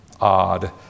odd